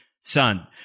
son